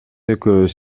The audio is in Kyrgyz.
экөөбүз